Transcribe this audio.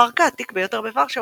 הפארק העתיק ביותר בוורשה,